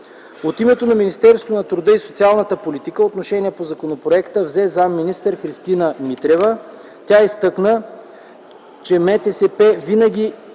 От името на Министерството на труда и социалната политика отношение по законопроекта взе заместник-министър Христина Митрева. Тя изтъкна, че МТСП винаги